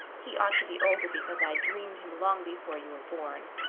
he ought to be older because i dreamed him long before you were born.